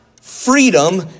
freedom